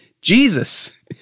Jesus